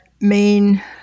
main